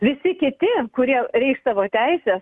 visi kiti kurie reikš savo teises